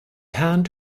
hand